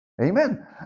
Amen